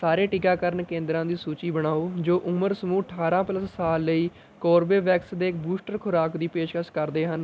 ਸਾਰੇ ਟੀਕਾਕਰਨ ਕੇਂਦਰਾਂ ਦੀ ਸੂਚੀ ਬਣਾਓ ਜੋ ਉਮਰ ਸਮੂਹ ਅਠਾਰ੍ਹਾਂ ਪਲੱਸ ਸਾਲ ਲਈ ਕੋਰਬੇਵੈਕਸ ਦੇ ਬੂਸਟਰ ਖੁਰਾਕ ਦੀ ਪੇਸ਼ਕਸ਼ ਕਰਦੇ ਹਨ